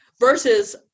Versus